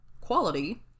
quality